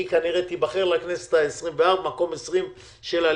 היא כנראה תיבחר לכנסת ה-24 במקום 20 ברשימת הליכוד,